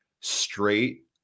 straight